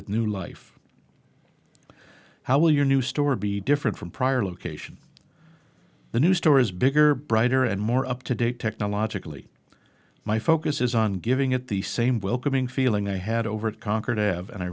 with new life how will your new store be different from prior location the new store is bigger brighter and more up to date technologically my focus is on giving at the same welcoming feeling they had over it conquered have and i